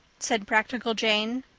said practical jane.